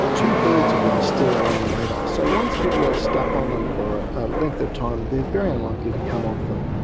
two-thirds of them are still on them later. so once people are stuck on them for a length of time, they're very unlikely to come off them.